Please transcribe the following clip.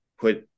put